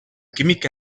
química